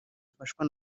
afashwa